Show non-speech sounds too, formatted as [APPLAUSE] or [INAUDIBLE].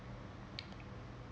[NOISE]